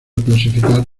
clasificar